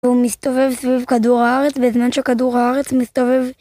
הוא מסתובב סביב כדור הארץ, בזמן שכדור הארץ מסתובב.